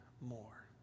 more